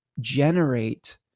generate